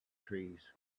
trees